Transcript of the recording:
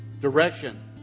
direction